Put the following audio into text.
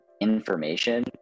information